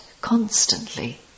constantly